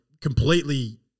completely